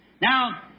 Now